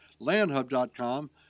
landhub.com